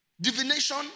Divination